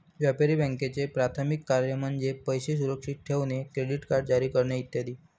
व्यापारी बँकांचे प्राथमिक कार्य म्हणजे पैसे सुरक्षित ठेवणे, क्रेडिट कार्ड जारी करणे इ